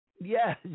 Yes